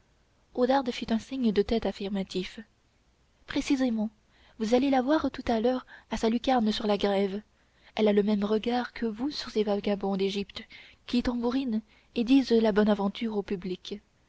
oudarde fit un signe de tête affirmatif précisément vous allez la voir tout à l'heure à sa lucarne sur la grève elle a le même regard que vous sur ces vagabonds d'égypte qui tambourinent et disent la bonne aventure au public